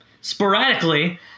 sporadically